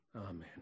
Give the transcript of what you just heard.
Amen